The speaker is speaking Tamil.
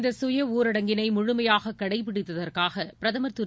இந்த சுய ஊரடங்கினை முழுமையாக கடைப்பிடித்ததற்காக பிரதமர் திரு